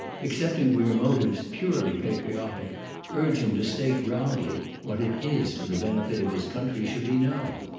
excepting where motives purely patriotic urge him to state roundly what it is for the benefit of his country should be known.